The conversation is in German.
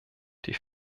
die